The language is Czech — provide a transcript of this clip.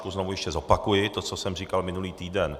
Trošku znovu ještě zopakuji to, co jsem říkal minulý týden.